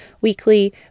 weekly